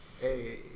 hey